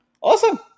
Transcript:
Awesome